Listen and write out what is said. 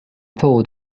toured